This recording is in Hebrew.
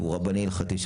שהוא רבני הלכתי,